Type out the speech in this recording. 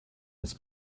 his